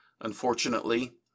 Unfortunately